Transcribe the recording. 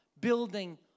building